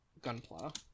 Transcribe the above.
Gunpla